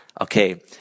Okay